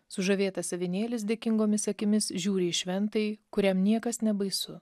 sužavėtas avinėlis dėkingomis akimis žiūri į šventąjį kuriam niekas nebaisu